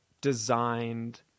designed